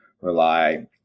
rely